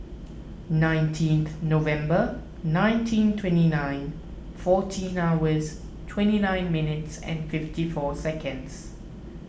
nineteen November nineteen twenty nine fourteen hours twenty nine minutes and fifty four seconds